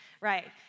Right